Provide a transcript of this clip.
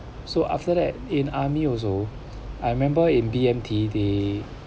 so after that in army also I remember in B_M_T they